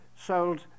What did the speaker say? sold